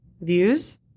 views